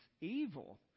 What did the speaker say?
evil